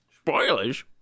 Spoilers